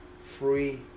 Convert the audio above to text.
free